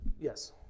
yes